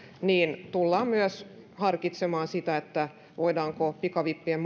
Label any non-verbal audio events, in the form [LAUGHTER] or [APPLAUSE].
niin tullaan myös harkitsemaan voidaanko pikavippien [UNINTELLIGIBLE]